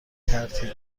ترتیب